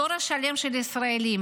דור שלם של ישראלים,